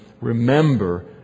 remember